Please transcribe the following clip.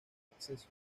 acceso